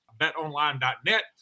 betonline.net